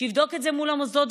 שיבדוק את זה מול המוסדות,